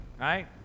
right